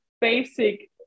basic